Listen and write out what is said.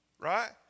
Right